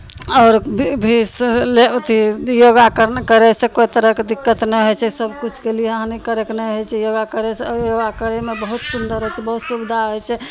आओर भी से लए अथी योगा करना करयसँ कोइ तरहक दिक्कत नहि होइ छै सभकिछु के लिए हानिकारक नहि होइ छै योगा करयसँ योगा करयमे बहुत सुन्दर होइ छै बहुत सुविधा होइ छै